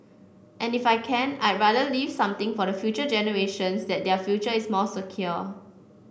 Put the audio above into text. and if I can I'd rather leave something for the future generations that their future is more secure